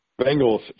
Bengals